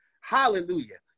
hallelujah